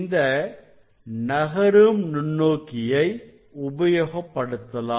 இந்த நகரும் நுண்ணோக்கியை உபயோகப்படுத்தலாம்